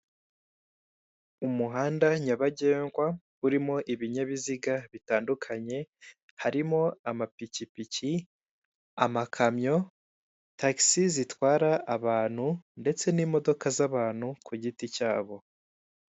Umuhanda nyabagendwa urimo ibinyabiziga bitandukanye harimo: amapikipiki, amakamyo, tagisi zitwara abantu ndetse n'imodoka z'abantu ku giti cyabo.